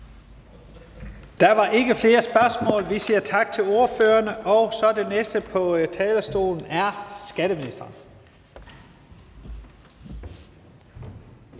Der er ikke flere spørgsmål. Vi siger tak til ordføreren. Den næste på talerstolen er skatteministeren.